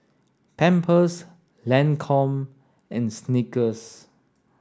Pampers Lancome and Snickers